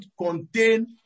contain